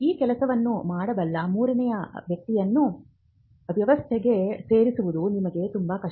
ಈ ಕೆಲಸವನ್ನು ಮಾಡಬಲ್ಲ ಮೂರನೇ ವ್ಯಕ್ತಿಗಳನ್ನು ವ್ಯವಸ್ಥೆಗೆ ಸೇರಿಸುವುದು ನಿಮಗೆ ತುಂಬಾ ಕಷ್ಟ